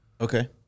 Okay